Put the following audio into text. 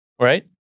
right